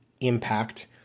impact